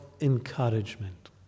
encouragement